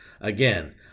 again